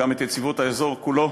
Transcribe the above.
וגם את יציבות האזור כולו.